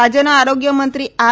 રાજ્યના આરોગ્ય મંત્રી આર